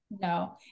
no